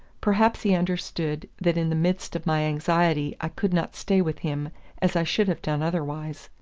perhaps he understood that in the midst of my anxiety i could not stay with him as i should have done otherwise.